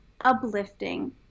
uplifting